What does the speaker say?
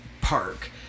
park